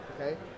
okay